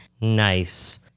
Nice